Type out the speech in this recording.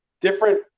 different